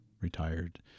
retired